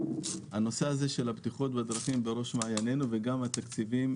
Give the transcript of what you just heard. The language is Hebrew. הנושא של הבטיחות בדרכים בראש מעיינינו וגם התקציבים